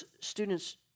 students